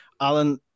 Alan